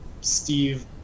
Steve